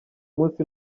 munsi